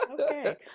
Okay